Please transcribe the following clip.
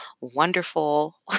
wonderful